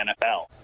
NFL